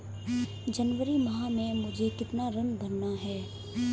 जनवरी माह में मुझे कितना ऋण भरना है?